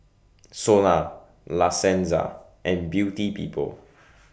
Sona La Senza and Beauty People